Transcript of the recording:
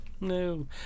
No